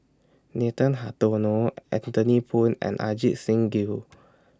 Nathan Hartono Anthony Poon and Ajit Singh Gill